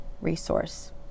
resource